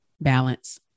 Balance